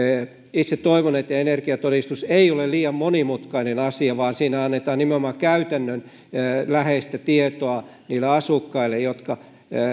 itse toivon että energiatodistus ei ole liian monimutkainen asia vaan siinä annetaan nimenomaan käytännönläheistä tietoa niille asukkaille jotka